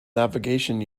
navigation